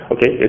Okay